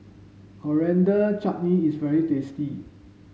Coriander Chutney is very tasty